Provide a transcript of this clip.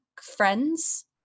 friends